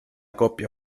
coppia